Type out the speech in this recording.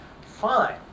Fine